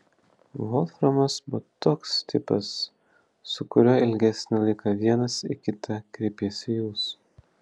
volframas buvo toks tipas su kuriuo ilgesnį laiką vienas į kitą kreipiesi jūs